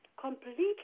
completely